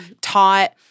taught—